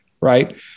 right